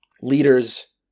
leaders